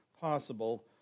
possible